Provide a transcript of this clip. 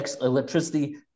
electricity